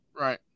Right